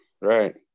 right